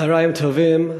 צהריים טובים.